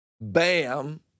bam